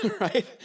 right